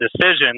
decision